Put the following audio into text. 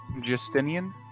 Justinian